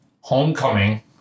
Homecoming